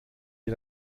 ihr